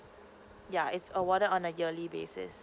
yeah it's awarded on a yearly basis